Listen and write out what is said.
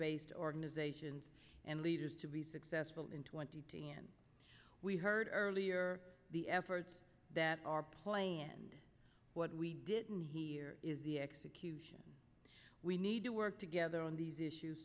based organizations and leaders to be successful in twenty t n we heard earlier the efforts that are playing and what we didn't hear is the execution we need to work together on these issues